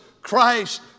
Christ